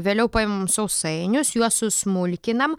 vėliau paimam sausainius juos susmulkinam